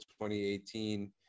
2018